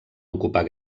ocupar